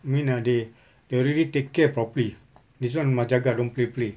I mean ah they they really take care properly this one must jaga don't play play